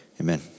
Amen